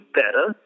better